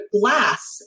glass